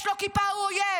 יש לו כיפה, הוא אויב,